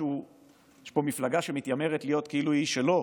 יש פה מפלגה שמתיימרת להיות כאילו היא שלו,